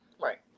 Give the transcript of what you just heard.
right